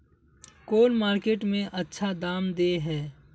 कौन मार्केट में अच्छा दाम दे है?